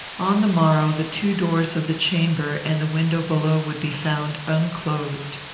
on the morrow the two doors of the chamber and the window below would be found unclosed.